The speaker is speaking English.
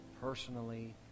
personally